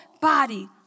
body